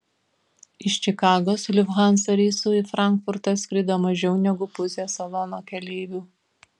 iš čikagos lufthansa reisu į frankfurtą skrido mažiau negu pusė salono keleivių